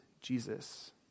Jesus